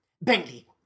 Bentley